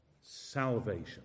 salvation